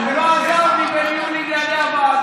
הוא לא עזר לי בניהול ענייני הוועדה,